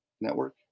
network